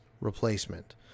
replacement